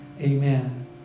amen